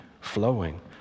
flowing